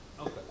Okay